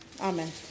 Amen